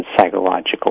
psychological